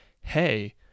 Hey